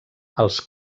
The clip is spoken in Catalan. els